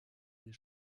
des